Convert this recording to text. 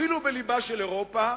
אפילו בלבה של אירופה,